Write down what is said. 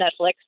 Netflix